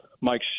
Mike